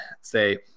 say